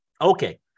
okay